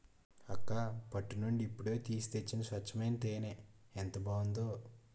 అక్కా పట్టు నుండి ఇప్పుడే తీసి తెచ్చిన స్వచ్చమైన తేనే ఎంత బావుందో